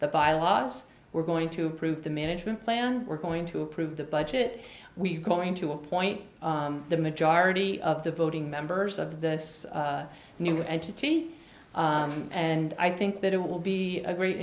the bylaws we're going to approve the management plan we're going to approve the budget we're going to appoint the majority of the voting members of this new entity and i think that it will be a great